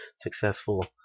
successful